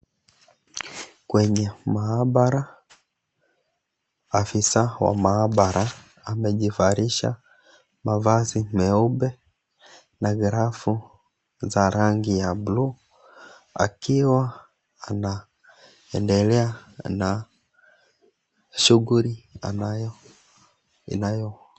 Kwenye maabara afisa wa maabara amejivalisha mavazi meupe na glavu za rangi ya bluu akiwa anaendelea na shughuli inayo .